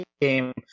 game